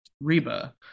Reba